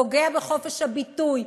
פוגע בחופש הביטוי,